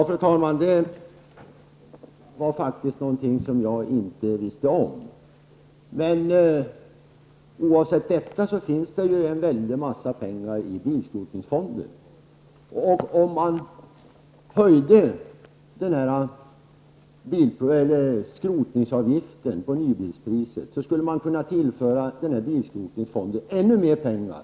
Fru talman! Det var faktiskt någonting som jag inte visste om. Oavsett detta finns det en väldig massa pengar i bilskrotningsfonden. Om man höjde skrotningsavgiften på nybilspriset skulle man kunna tillföra bilskrotningsfonden ännu mer pengar.